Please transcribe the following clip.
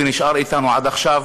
ונשאר אתנו עד עכשיו,